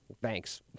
thanks